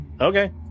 okay